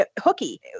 hooky